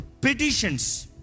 petitions